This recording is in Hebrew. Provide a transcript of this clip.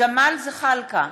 ג'מאל זחאלקה,